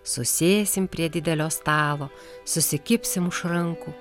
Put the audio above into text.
susėsim prie didelio stalo susikibsim už rankų